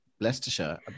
Leicestershire